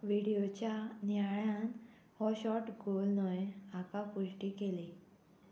विडियोच्या नियाळान हो shot goal न्हय हाका पुश्टी केली